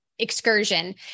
Excursion